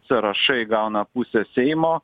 sąrašai gauna pusę seimo